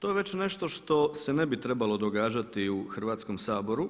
To je već nešto što se ne bi trebalo događati u Hrvatskom saboru